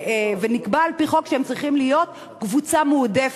ונקבע על-פי חוק שהם צריכים להיות קבוצה מועדפת.